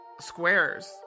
squares